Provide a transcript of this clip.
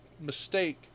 mistake